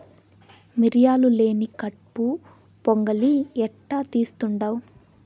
మిరియాలు లేని కట్పు పొంగలి ఎట్టా తీస్తుండావ్